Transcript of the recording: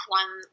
one